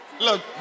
Look